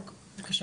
בבקשה.